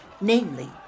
namely